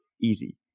easy